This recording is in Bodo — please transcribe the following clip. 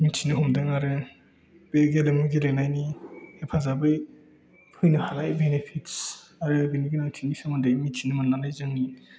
मिथिनो मोन्दों आरो बे गेलेमु गेलेनायनि हेफाजाबै फैनो हानाय बेनिफित्स आरो बेनि गोनांथिनि सोमोन्दै मिथिनो मोननानै जोंनि